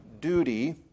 duty